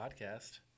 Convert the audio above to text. Podcast